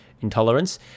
intolerance